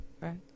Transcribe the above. right